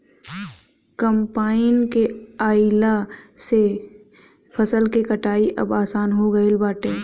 combine के आइला से फसल के कटाई अब आसान हो गईल बाटे